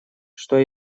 что